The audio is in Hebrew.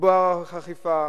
תוגברה האכיפה,